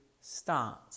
start